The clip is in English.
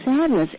sadness